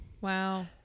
Wow